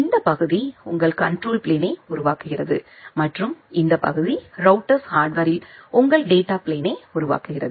இந்த பகுதி உங்கள் கண்ட்ரோல் பிளேன்யை உருவாக்குகிறது மற்றும் இந்த பகுதி ரௌட்டர்ஸ் ஹார்ட்வேர்ரில் உங்கள் டேட்டா பிளேன்னை உருவாக்குகிறது